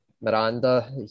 Miranda